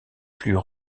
plus